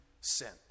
sent